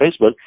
Facebook